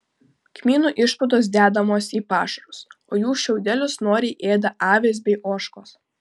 kmynų išspaudos dedamos į pašarus o jų šiaudelius noriai ėda avys bei ožkos